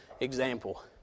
example